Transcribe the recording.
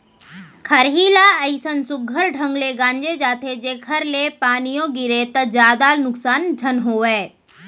खरही ल अइसन सुग्घर ढंग ले गांजे जाथे जेकर ले पानियो गिरगे त जादा नुकसान झन होवय